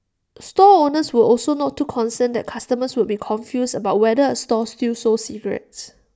store owners were also not too concerned that customers would be confused about whether A store still sold cigarettes